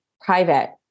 private